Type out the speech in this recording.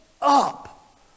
up